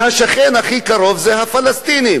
השכן הכי קרוב זה הפלסטינים.